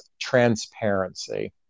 transparency